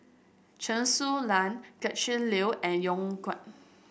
Chen Su Lan Gretchen Liu and Yong Guan